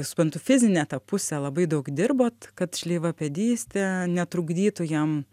supantu fizinę tą pusę labai daug dirbot kad šleivapėdystė netrukdytų jam